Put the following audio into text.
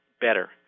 better